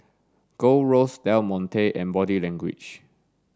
Gold Roast Del Monte and Body Language